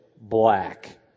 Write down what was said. black